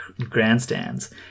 grandstands